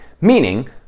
Meaning